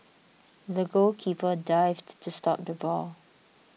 the goalkeeper dived to stop the ball